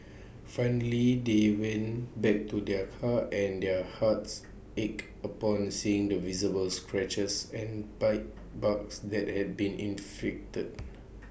finally they went back to their car and their hearts ached upon seeing the visible scratches and bite marks that had been inflicted